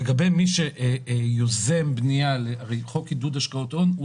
לגבי מי שיוזם בנייה הרי חוק עידוד השקעות הון,